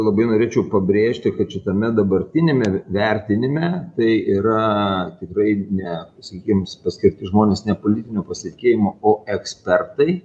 labai norėčiau pabrėžti kad šitame dabartiniame vertinime tai yra tikrai ne sakykims paskirti žmonės ne politinių pasitikėjimo o ekspertai